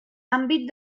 àmbit